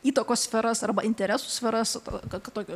įtakos sferas arba interesų sferas kad tokio